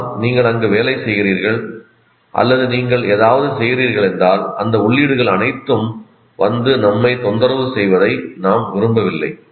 ஆனால் நீங்கள் அங்கு வேலை செய்கிறீர்கள் அல்லது நீங்கள் ஏதாவது செய்கிறீர்கள் என்றால் அந்த உள்ளீடுகள் அனைத்தும் வந்து நம்மைத் தொந்தரவு செய்வதை நாம் விரும்பவில்லை